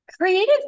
Creative